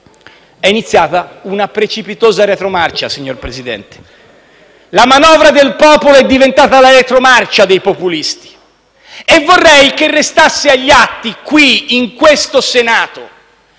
È iniziata una precipitosa retromarcia, signor Presidente. La manovra del popolo è diventata la retromarcia dei populisti e vorrei che restasse agli atti, qui in Senato,